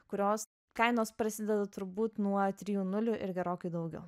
kurios kainos prasideda turbūt nuo trijų nulių ir gerokai daugiau